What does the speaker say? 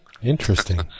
Interesting